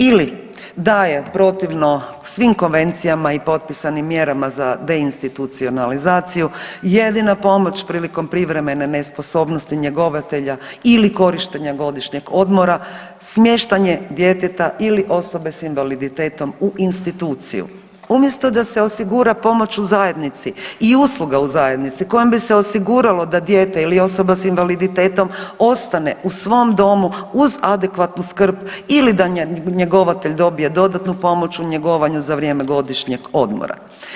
Ili, da je protivno svim konvencijama i potpisanim mjerama za deinstitucionalizaciju jedina pomoć prilikom privremene nesposobnosti njegovatelja ili korištenja godišnjeg odmora, smještanje djeteta ili osobe s invaliditetom u instituciju, mjesto da se osigura pomoć u zajednici i usluga u zajednici kojom bi se osiguralo da dijete ili osoba s invaliditetom ostane u svom domu uz adekvatnu skrb ili da njegovatelj dobije dodatnu pomoć u njegovanju za vrijeme godišnjeg odmora.